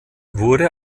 wurde